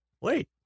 wait